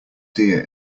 dear